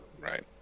Right